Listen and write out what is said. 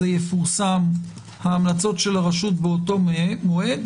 יפורסמו המלצות הרשות באותו מועד,